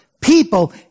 people